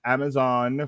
Amazon